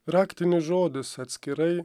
raktinis žodis atskirai